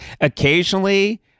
Occasionally